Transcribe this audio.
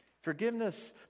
Forgiveness